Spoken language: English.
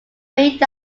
made